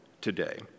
today